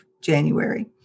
January